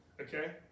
Okay